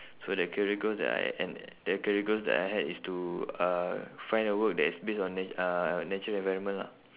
so that career goals that I and the career goals that I had is to uh find a work that is based on na~ uh natural environment lah